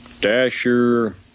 Dasher